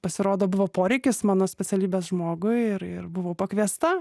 pasirodo buvo poreikis mano specialybės žmogui ir ir buvau pakviesta